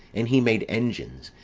and he made engines,